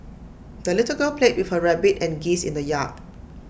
the little girl played with her rabbit and geese in the yard